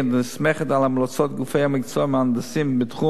הנסמכת על המלצות גופי המקצוע ומהנדסים בתחום,